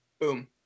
Boom